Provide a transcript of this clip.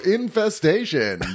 Infestation